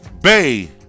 Bay